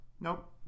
Nope